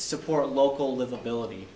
support local livability